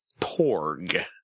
porg